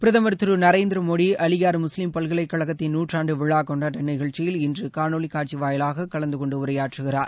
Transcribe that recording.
பிரதமர் திரு நரேந்திர மோடி அலிகார் முஸ்லிம் பல்கலைக்கழகத்தின் நூற்றறண்டு விழாக் கொண்டாட்ட நிகழ்ச்சியில் இன்று காணொலிக் காட்சி வாயிலாகக் கலந்து கொண்டு உரையாற்றுகிறார்